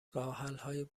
راهحلهای